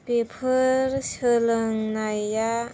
बेफोर सोलोंनाया